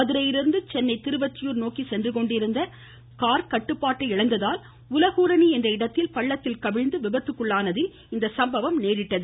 மதுரையிலிருந்து சென்னை திருவொற்றியூர் நோக்கி சென்றுகொண்டிருந்த கார் ஓட்டுநர் கட்டுப்பாட்டை இழந்ததால் உலகூரணி என்ற இடத்தில் பள்ளத்தில் கவிழ்ந்து விபத்துக்குள்ளானதில் இந்த சம்பவம் நேரிட்டது